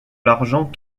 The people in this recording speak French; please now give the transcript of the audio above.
l’argent